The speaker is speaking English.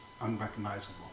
unrecognizable